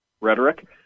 rhetoric